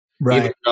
right